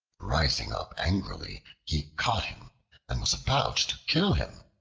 rising up angrily, he caught him and was about to kill him,